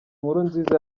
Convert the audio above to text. nkurunziza